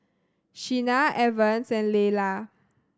Sheena Evans and Layla